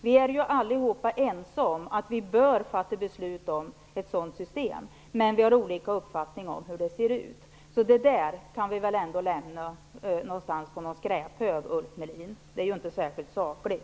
Vi är ju allihopa ense om att vi bör fatta beslut om ett sådant system, men vi har olika uppfattningar om hur det skall se ut. Det där kan vi väl lägga på någon skräphög, Ulf Melin. Det är inte särskilt sakligt.